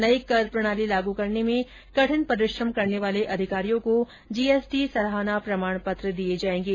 नई कर प्रणाली लागू करने में कठिन परिश्रम करने वाले अधिकारियों को जीएसटी सराहना प्रमाण पत्र दिये जाएंगे